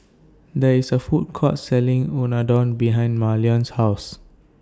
There IS A Food Court Selling Unadon behind Marlen's House